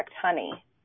Honey